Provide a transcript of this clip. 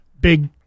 big